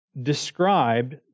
described